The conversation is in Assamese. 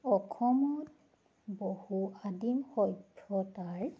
অসমত বহু আদিম সভ্যতাৰ